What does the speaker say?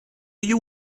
you